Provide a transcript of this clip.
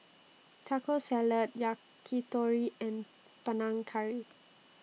Taco Salad Yakitori and Panang Curry